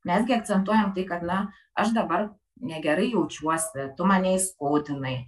mes gi akcentuojam tai kad na aš dabar negerai jaučiuosi tu mane įskaudinai